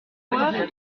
voir